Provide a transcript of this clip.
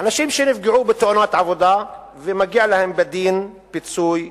אנשים שנפגעו בתאונות עבודה ומגיע להם בדין פיצוי,